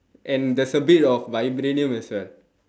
and there's a bit of vibranium as well